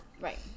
Right